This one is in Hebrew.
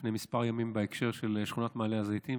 לפני כמה ימים בהקשר של שכונת מעלה הזיתים,